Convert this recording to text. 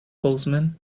postman